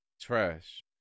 Trash